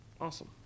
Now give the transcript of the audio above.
Awesome